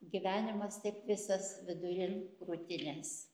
gyvenimas taip visas vidurin krūtinės